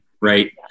right